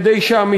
כדי שהחוק הזה,